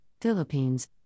Philippines